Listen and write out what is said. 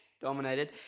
Dominated